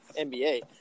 NBA